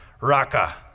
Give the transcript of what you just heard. Raka